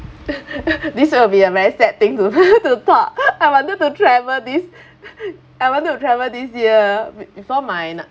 this will be a very sad thing to to talk I wanted to travel this I wanted to travel this year b~ before my